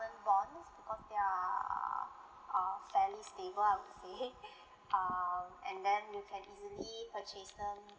government bond con~ ya are fairly stable I would say um and then you can easily purchase them